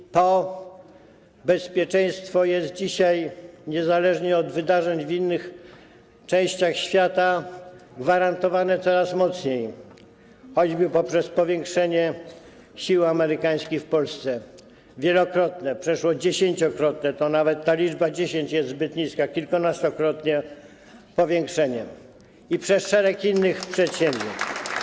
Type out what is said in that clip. I to bezpieczeństwo jest dzisiaj, niezależnie od wydarzeń w innych częściach świata, gwarantowane coraz mocniej, choćby poprzez powiększenie sił amerykańskich w Polsce - wielokrotne, przeszło dziesięciokrotne, nawet ta liczba 10 jest zbyt niska, kilkunastokrotne powiększenie - i przez szereg innych przedsięwzięć.